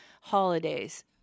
holidays